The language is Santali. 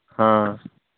ᱦᱮᱸ